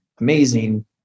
amazing